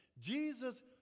Jesus